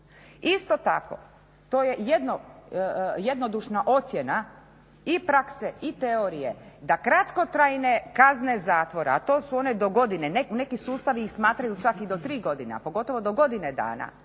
Isto tako to je jednodušna ocjena i prakse i teorije da kratkotrajne kazne zatvora a to su one do godine, neki sustavi ih smatraju čak i do tri godine a pogotovo do godine dana